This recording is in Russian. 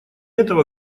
этого